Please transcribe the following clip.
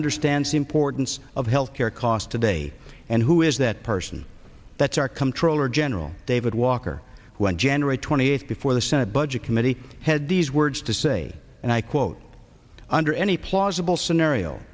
understands the importance of health care cost today and who is that person that's our come troll or general david walker who on january twenty eighth before the senate budget committee had these words to say and i quote under any plausible scenario